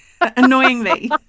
Annoyingly